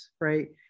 right